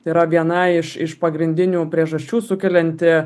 tai yra viena iš iš pagrindinių priežasčių sukelianti